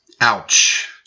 Ouch